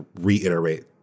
reiterate